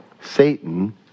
Satan